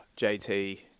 JT